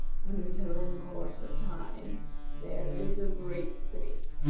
until in course of time there is a great city.